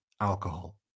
alcohol